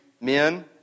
men